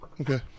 Okay